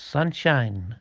Sunshine